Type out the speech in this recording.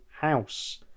house